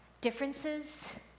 differences